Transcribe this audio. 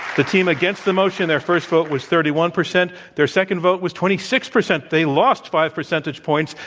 the team against the motion, their first vote was thirty one percent. their second vote was twenty six percent. they lost five percentage points.